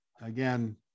again